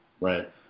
right